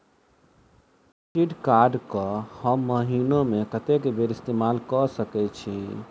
Credit card कऽ हम महीना मे कत्तेक बेर इस्तेमाल कऽ सकय छी?